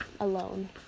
Alone